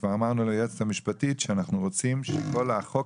כבר אמרנו ליועצת המשפטית שאנחנו רוצים שכל החוק